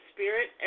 Spirit